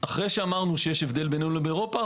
אחרי שאמרנו שיש הבדל בינינו לאירופה,